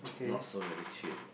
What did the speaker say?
not so really cheap